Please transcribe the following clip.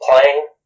playing